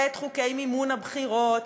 ואת חוקי מימון הבחירות,